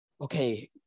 okay